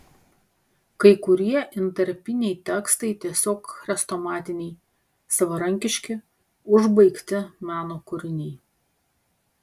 kai kurie intarpiniai tekstai tiesiog chrestomatiniai savarankiški užbaigti meno kūriniai